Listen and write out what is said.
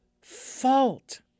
fault